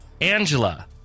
Angela